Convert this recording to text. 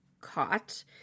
caught